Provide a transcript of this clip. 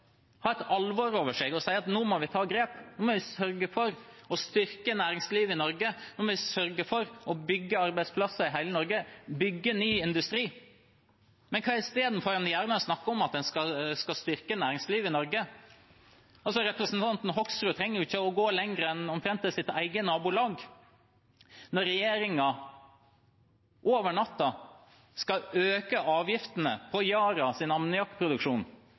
ha et alvor over seg og si at nå må vi ta grep, nå må vi sørge for å styrke næringslivet i Norge, nå må vi sørge for å bygge arbeidsplasser i hele Norge, bygge ny industri. Men hva gjør en når en gjerne snakker om at en skal styrke næringslivet i Norge? Representanten Hoksrud trenger ikke å gå lengre enn omtrent til sitt eget nabolag, når regjeringen over natta skal øke avgiftene på